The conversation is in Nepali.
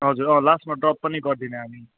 हजुर अँ लास्टमा ड्रप पनि गरिदिने हामी